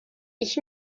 ich